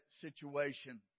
situation